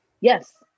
yes